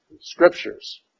scriptures